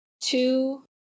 two